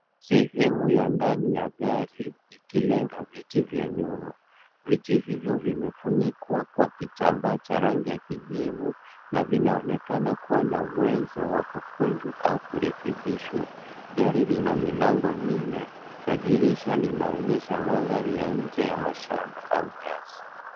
Sehemu ya ndani ya gari ikilenga viti vya nyuma. Viti hivyo vumefunikwa kwa kitambaa cha rangi ya kijivu na vinaonekana kuwa na uwezo wa kukunjwa au kurekebishwa. Gari lina milango minne na dirisha linaonyesha mandhari ya nje ya mashamba au nyasi.